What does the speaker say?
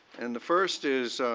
and the first is